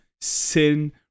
sin